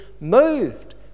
moved